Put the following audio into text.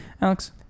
Alex